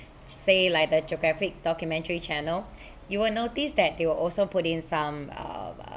say like the geographic documentary channel you will notice that they will also put in some uh